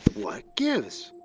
what gives?